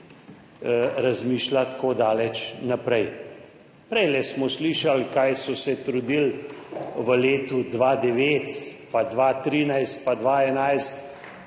razmišlja tako daleč naprej. Prej smo slišali, kaj so se trudili v letu 2009, 2013, 2011,